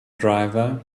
driver